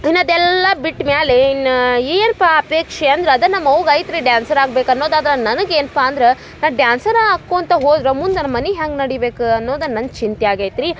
ಇನ್ನ ಅದೆಲ್ಲ ಬಿಟ್ಟ ಮ್ಯಾಲೆ ಇನ್ನ ಏನ್ಪ ಅಪೇಕ್ಷೆ ಅಂದ್ರ ಅದ ನಮ್ಮವ್ಗ ಆಯ್ತು ರೀ ಡ್ಯಾನ್ಸರ್ ಆಗ್ಬೇಕು ಅನ್ನೋದು ಆದರೆ ನನಗೆ ಏನ್ಪ ಅಂದ್ರ ನಾ ಡ್ಯಾನ್ಸರ ಆಕೊಂತ ಹೋದ್ರ ಮುಂದ ನಮ್ಮನಿ ಹೆಂಗೆ ನಡಿಬೇಕು ಅನ್ನೋದು ನನ್ನ ಚಿಂತೆ ಆಗ್ಯೈತೆ ರೀ